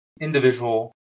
individual